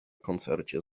koncercie